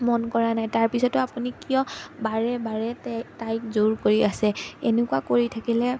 মন কৰা নাই তাৰপিছতো আপুনি কিয় বাৰে বাৰে টে তাইক জোৰ কৰি আছে এনেকুৱা কৰি থাকিলে